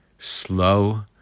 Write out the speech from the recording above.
slow